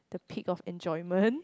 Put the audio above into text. the peak of enjoyment